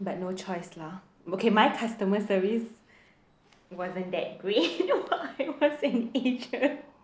but no choice lah okay my customer service wasn't that great when I was an agent